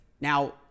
now